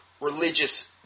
religious